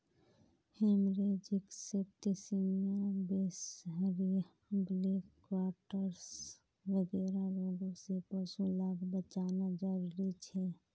haemorrhagic septicaemia, बीसहरिया, black quarters वगैरह रोगों से पशु लाक बचाना ज़रूरी छे